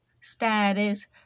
status